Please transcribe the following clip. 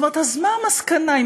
אז מה המסקנה?